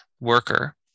worker